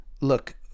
look